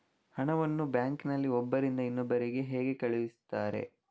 ಹಣವನ್ನು ಬ್ಯಾಂಕ್ ನಲ್ಲಿ ಒಬ್ಬರಿಂದ ಇನ್ನೊಬ್ಬರಿಗೆ ಹೇಗೆ ಕಳುಹಿಸುತ್ತಾರೆ?